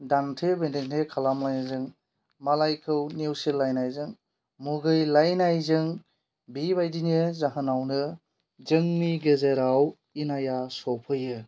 दान्थे बिदान्थे खालामनायजों मालायखौ नेवसिलायनायजों मुगैलायनायजों बिबायदिनि जाहोनावनो जोंनि गेजेराव इनाया सफैयो